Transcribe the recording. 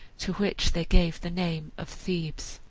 to which they gave the name of thebes.